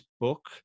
book